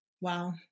wow